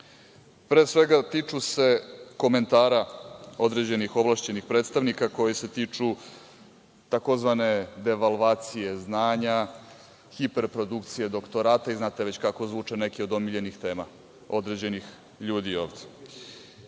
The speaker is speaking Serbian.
Pre svega, tiču se komentara određenih ovlašćenih predstavnika koji se tiču tzv. devalvacije znanja, hiperprodukcije doktorata i znate već kako zvuče neke od omiljenih tema određenih ljudi